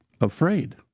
afraid